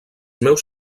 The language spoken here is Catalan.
meus